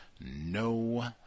no